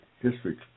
history